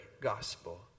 gospel